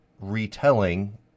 retelling